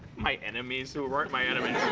my enemies who weren't my enemies.